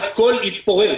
הכול יתפורר.